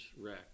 wreck